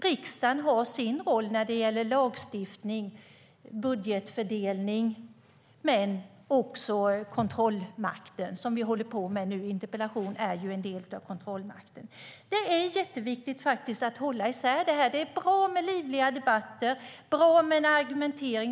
Riksdagen har sin roll när det gäller lagstiftning och budgetfördelning - samt kontrollmakten, vilket vi håller på med nu. Interpellationsdebatterna är en del av kontrollmakten. Det är faktiskt jätteviktigt att hålla isär det här. Det är bra med livliga debatter och bra med en argumentering.